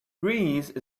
greece